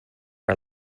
are